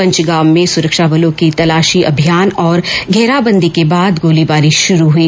पंजगाम में सुरक्षाबलों के तलाशी अभियान और घेराबंदी के बाद गोलीबारी शुरू हुई